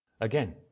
Again